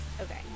Okay